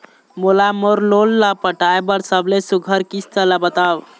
मोला मोर लोन ला पटाए बर सबले सुघ्घर किस्त ला बताव?